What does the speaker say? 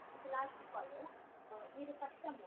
last ಕಾಲು